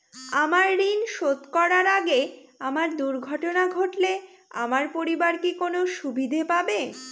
আমার ঋণ শোধ করার আগে আমার দুর্ঘটনা ঘটলে আমার পরিবার কি কোনো সুবিধে পাবে?